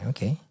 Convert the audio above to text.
Okay